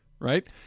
Right